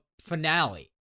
finale